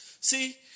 See